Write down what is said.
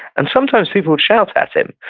and sometimes people would shout at him.